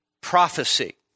prophecy